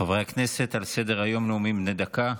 חברי הכנסת, על סדר-היום, נאומים בני דקה.